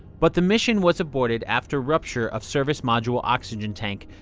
but the mission was aborted after rupture of service module oxygen tank.